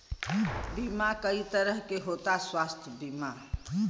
बीमा कई तरह के होता स्वास्थ्य बीमा?